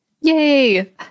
Yay